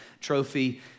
Trophy